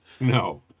No